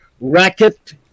racket